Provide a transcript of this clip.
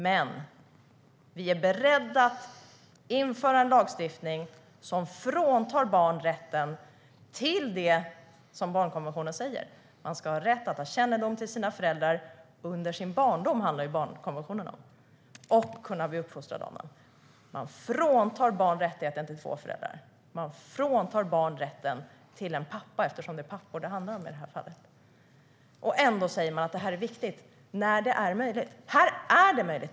Men de är beredda att införa en lagstiftning som fråntar barn rätten till det barnkonventionen säger, nämligen att man ska ha rätt att ha kännedom om sina föräldrar under sin barndom - det är det barnkonventionen handlar om - och kunna bli uppfostrad av dem. Barn fråntas rätten till två föräldrar. Barn fråntas rätten till en pappa. Det är pappor det handlar om i det här fallet. Ändå säger Centerpartiet att det är viktigt, när det är möjligt. Här är det möjligt.